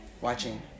watching